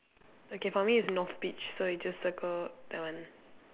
okay for me it's north beach so you just circle that one